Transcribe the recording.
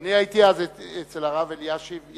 אני הייתי אז אצל הרב אלישיב,